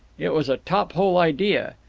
it was a tophole idea.